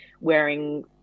wearing